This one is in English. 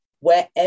Wherever